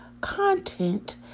content